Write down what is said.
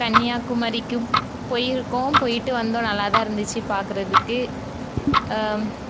கன்னியாகுமாரிக்கும் போயிருக்கோம் போயிட்டு வந்தோம் நல்லா தான் இருந்துச்சு பார்க்குறதுக்கு